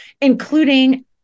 including